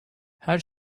her